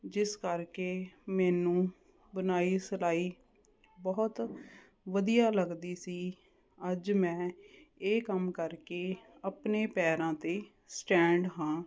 ਜਿਸ ਕਰਕੇ ਮੈਨੂੰ ਬੁਣਾਈ ਸਿਲਾਈ ਬਹੁਤ ਵਧੀਆ ਲੱਗਦੀ ਸੀ ਅੱਜ ਮੈਂ ਇਹ ਕੰਮ ਕਰਕੇ ਆਪਣੇ ਪੈਰਾਂ 'ਤੇ ਸਟੈਂਡ ਹਾਂ